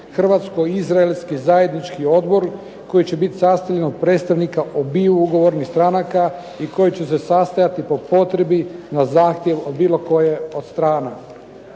hrvatsko-izraelski zajednički odbor koji će biti sastavljen od predstavnika obiju ugovornih stranaka i koji će se sastajati po potrebi na zahtjev bilo koje od strana.